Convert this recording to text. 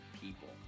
people